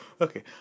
Okay